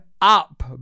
up